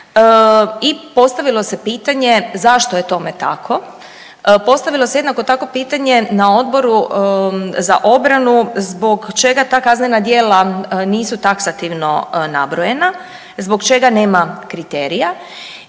i postavilo se pitanje zašto je tome tako. Postavilo se jednako tako pitanje na Odboru za obranu zbog čega ta kaznena djela nisu taksativno nabrojena, zbog čega nema kriterija,